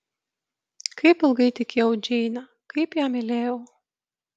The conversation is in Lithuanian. kaip ilgai tikėjau džeine kaip ją mylėjau